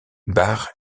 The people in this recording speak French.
bar